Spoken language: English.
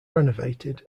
renovated